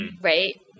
right